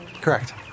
Correct